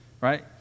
right